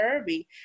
Irby